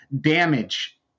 damage